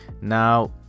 Now